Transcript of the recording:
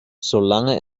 solange